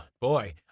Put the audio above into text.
boy